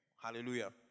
Hallelujah